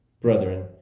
brethren